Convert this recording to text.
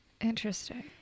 Interesting